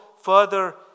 further